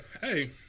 Hey